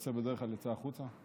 שיוצא בדרך כלל יוצא החוצה.